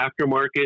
aftermarket